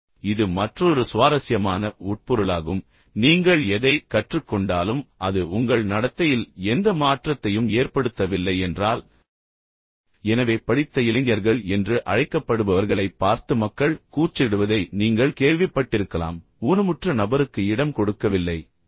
இது மற்றொரு சுவாரஸ்யமான உட்பொருளாகும் நீங்கள் எதை கற்றுக்கொண்டாலும் அது உங்கள் நடத்தையில் எந்த மாற்றத்தையும் ஏற்படுத்தவில்லை என்றால் எனவே படித்த இளைஞர்கள் என்று அழைக்கப்படுபவர்களை பார்த்து மக்கள் கூச்சலிடுவதை நீங்கள் கேள்விப்பட்டிருக்கலாம் ஊனமுற்ற நபருக்கு இடம் கொடுக்கவில்லை சரி